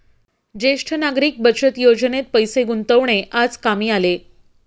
ज्येष्ठ नागरिक बचत योजनेत पैसे गुंतवणे आज कामी आले